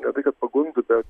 ne tai kad pagundų bet